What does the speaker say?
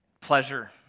Pleasure